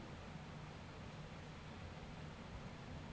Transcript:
জমি থ্যাকে লংরা জিলিস সঁরায় ফেলা, করপ রটেট ক্যরলে বালাই থ্যাকে বাঁচালো যায়